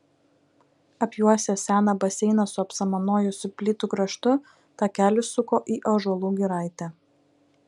apjuosęs seną baseiną su apsamanojusių plytų kraštu takelis suko į ąžuolų giraitę